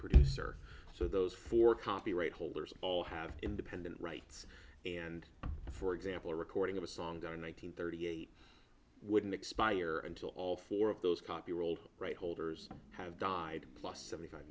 producer so those four copyright holders all have independent rights and for example a recording of a song or nine hundred thirty eight wouldn't expire until all four of those copy rolled right holders have died plus seventy five